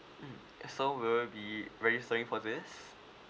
mm eh so will you be registering for this